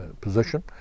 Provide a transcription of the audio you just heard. position